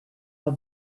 are